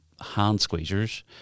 hand-squeezers